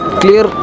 clear